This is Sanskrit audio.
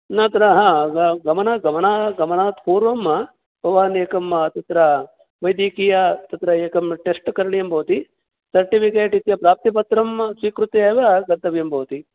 नात्र ह गमन् गमना गमनात् पूर्वं भवान् एकं तत्र वैद्यकीय तत्र एकं टेस्ट् करणीयं भवति सर्टिफ़िकेट् इत्य प्राप्तिपत्रं स्वीकृत्य एव गन्तव्यं भवति